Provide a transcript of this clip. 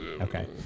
okay